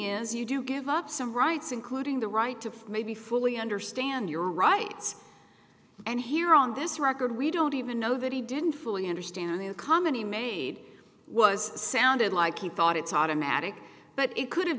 is you do give up some rights including the right to maybe fully understand your rights and here on this record we don't even know that he didn't fully understand the a comment he made was sounded like he thought it's automatic but it could have